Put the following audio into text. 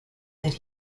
that